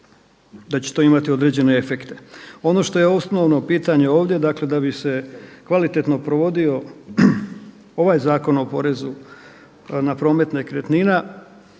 da će to imati određene efekte. Ono što je osnovno pitanje ovdje, dakle da bi se kvalitetno provodio ovaj Zakon o porezu na promet nekretnina,